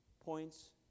points